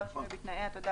נכון.